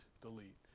delete